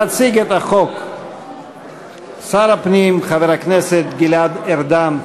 יציג את החוק שר הפנים חבר הכנסת גלעד ארדן.